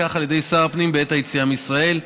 כך על ידי שר הפנים בעת היציאה מישראל.